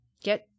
get